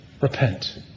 repent